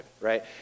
right